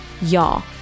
y'all